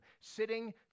sitting